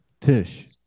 tish